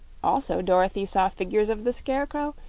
also, dorothy saw figures of the scarecrow,